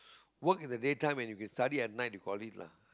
work in the day time when you can study at night you called it lah